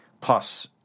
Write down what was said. Plus